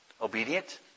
Obedient